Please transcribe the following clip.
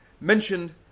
mentioned